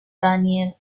daniel